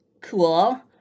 Cool